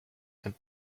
and